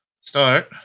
start